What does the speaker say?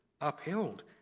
upheld